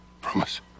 Promise